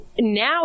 now